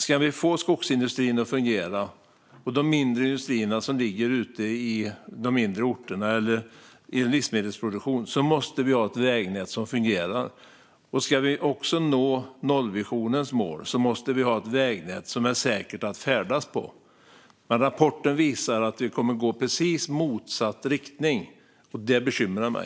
Ska vi få skogsindustrin, mindre industrier på mindre orter och livsmedelsproduktionen att fungera måste vi ha ett vägnät som fungerar. Om vi dessutom ska nå nollvisionens mål måste vi har ett vägnät som är säkert att färdas på. Rapporten visar dock att vi är på väg i motsatt riktning, och det bekymrar mig.